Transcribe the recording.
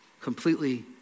completely